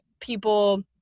people